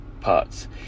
parts